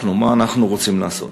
מה אנחנו רוצים לעשות?